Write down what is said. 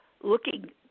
looking